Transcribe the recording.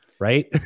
right